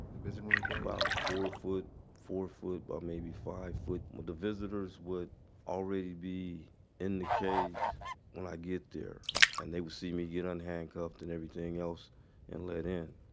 the visiting room cage? about four foot four foot by maybe five foot. the visitors would already be in the cage when i get there and they would see me get unhandcuffed and everything else and let in.